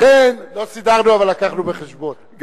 לכן, לא סידרנו, אבל הבאנו בחשבון.